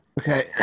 okay